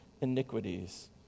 iniquities